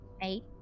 Eight